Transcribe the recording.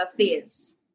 affairs